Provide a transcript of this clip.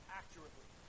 accurately